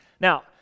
Now